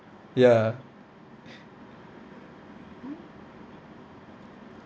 ya